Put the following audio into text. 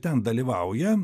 ten dalyvauja